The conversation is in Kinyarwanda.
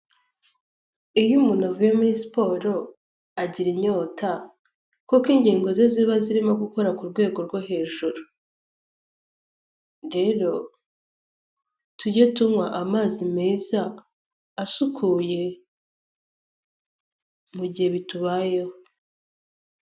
Iyo umuntu avuye muri siporo agira inyota kuko ingingo ze ziba zirimo gukora ku rwego rwo hejuru, rero tujye tunywa amazi meza asukuye mu gihe bitubayeho.